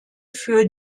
für